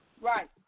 Right